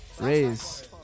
Raise